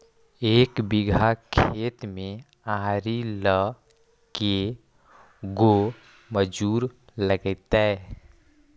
एक बिघा खेत में आरि ल के गो मजुर लगतै?